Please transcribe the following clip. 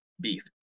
beef